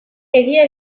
egia